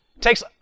Takes